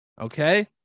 Okay